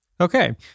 Okay